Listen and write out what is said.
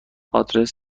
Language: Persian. آدرس